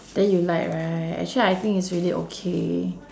then you like right actually I think it's really okay